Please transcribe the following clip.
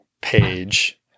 page